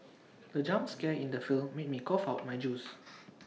the jump scare in the film made me cough out my juice